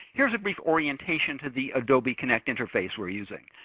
here's a brief orientation to the adobe connect interface we're using.